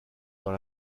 dans